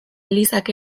elizak